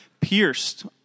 pierced